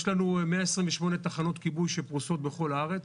יש לנו 128 תחנות כיבוי שפרוסות בכל הארץ,